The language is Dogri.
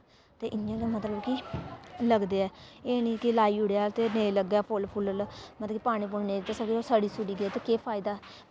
ते इ'यां गै मतलब कि लगदे ऐ एह् निं कि लाई ओड़ेआ ते नेईं लग्गै फुल्ल फल्ल मतलब कि पानी पूनी नेईं दित्ता समझो ओह् सड़ी सुड़ी गे ते केह् फायदा